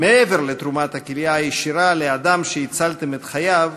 מעבר לתרומת הכליה הישירה לאדם שהצלתם את חייו,